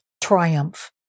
triumph